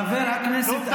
חבר הכנסת,